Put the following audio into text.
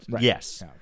Yes